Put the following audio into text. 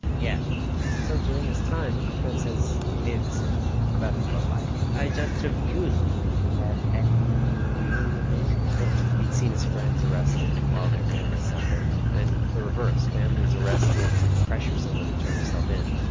yeah and so during this time, ah aktham says he made a decision about his love life i just refused to to have any real relationship he'd seen his friends arrested while their families suffered. then the reverse, families arrested to pressure someone to turn himself in.